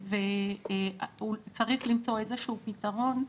צריך למצוא איזשהו פתרון,